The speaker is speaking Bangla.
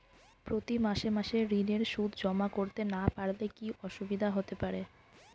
প্রতি মাসে মাসে ঋণের সুদ জমা করতে না পারলে কি অসুবিধা হতে পারে?